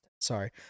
sorry